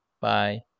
bye